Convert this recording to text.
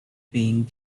being